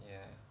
ya